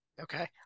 Okay